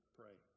pray